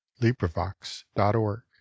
LibriVox.org